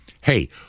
hey